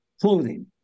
clothing